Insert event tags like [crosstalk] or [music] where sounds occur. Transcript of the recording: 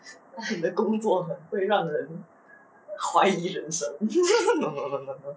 你的工作很会让人怀疑人生 [laughs]